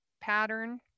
pattern